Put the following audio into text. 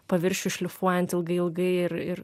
paviršių šlifuojant ilgai ilgai ir ir